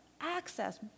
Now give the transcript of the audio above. access